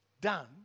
done